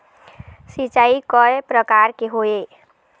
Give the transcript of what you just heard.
सिचाई कय प्रकार के होये?